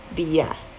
B ah